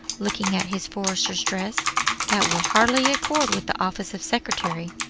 looking at his forester's dress that will hardly accord with the office of secretary.